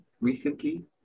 recently